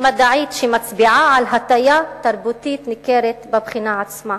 מדעית שמצביעה על הטיה תרבותית ניכרת בבחינה עצמה.